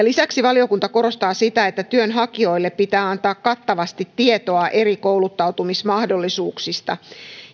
lisäksi valiokunta korostaa sitä että työnhakijoille pitää antaa kattavasti tietoa eri kouluttautumismahdollisuuksista